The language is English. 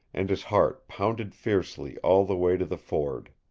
and his heart pounded fiercely all the way to the ford.